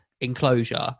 enclosure